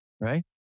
right